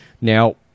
Now